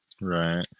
Right